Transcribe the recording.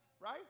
right